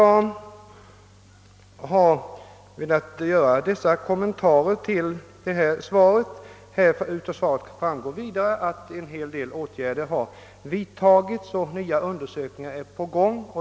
Jag har velat göra dessa kommentarer. Av svaret framgår vidare att en hel del åtgärder vidtagits och att nya undersökningar är på gång.